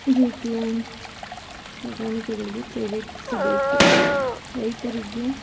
ರೀತಿಯ ಸಾಗಾಣಿಕೆಗಳಿಗೆ ಪ್ರೇರೇಪಿಸಬೇಕು ರೈತರಿಗೆ